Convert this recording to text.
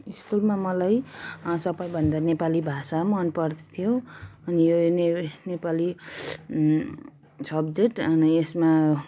स्कुलमा मलाई सबैभन्दा नेपाली भाषा मन पर्थ्यो अनि यो नेपाली सब्जेक्ट अनि यसमा